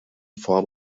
form